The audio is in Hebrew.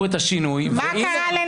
אני זוכר ויכוחים קשים מאוד שהיו לנו